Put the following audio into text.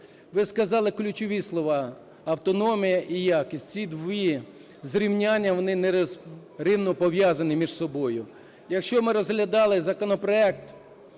Ви сказали ключові слова – автономія і якість. Ці два зрівняння, вони нерозривно пов'язані між собою. Якщо ми розглядали законопроект